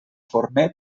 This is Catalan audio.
forner